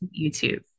YouTube